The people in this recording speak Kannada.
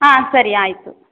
ಹಾಂ ಸರಿ ಆಯಿತು